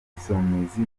ibisumizi